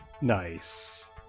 nice